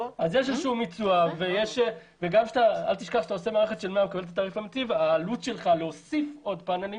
אל תשכח שכשאתה עושה מערכת של 100 העלות שלך להוסיף עוד --- היא